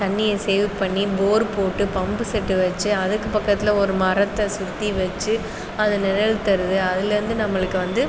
தண்ணிய சேவ் பண்ணி போர் போட்டு பம்பு செட்டு வச்சு அதுக்கு பக்கத்தில் ஒரு மரத்ததை சுற்றி வச்சு அது நிழல் தருது அதிலேருந்து நம்மளுக்கு வந்து